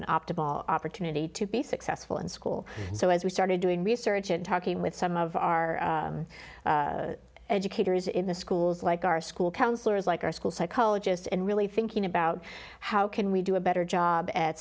an optimal opportunity to be successful in school so as we started doing research and talking with some of our educators in the schools like our school counselors like our school psychologist and really thinking about how can we do a better job at